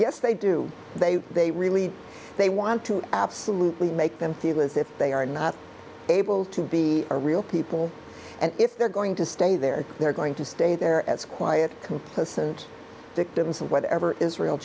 yes they do they they really they want to absolutely make them feel as if they are not able to be a real people and if they're going to stay there they're going to stay there as quiet victims of whatever israel